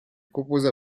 composa